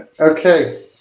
okay